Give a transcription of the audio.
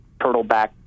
turtleback